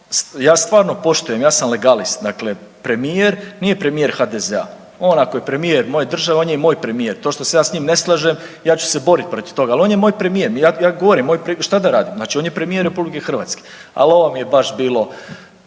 Ja stvarno poštujem, ja sam legalist, dakle premijer, nije premijer HDZ-a, on ako je premije moje države on je i moj premijer, to što se ja s njim ne slažem ja ću se boriti protiv toga, ali on je moj premijer. Ja govorim moj, šta da radim, dakle on je premijer RH. Ali ovo mi je baš bilo,